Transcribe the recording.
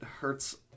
hurts